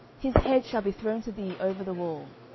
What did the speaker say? his head shall be thrown to thee over the wall.